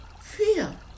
fear